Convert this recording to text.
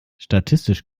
statistisch